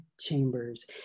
chambers